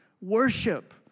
worship